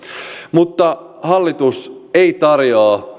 mutta hallitus ei tarjoa